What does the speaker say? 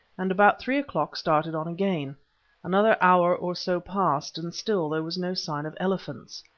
and about three o'clock started on again another hour or so passed, and still there was no sign of elephants.